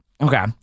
okay